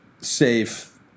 safe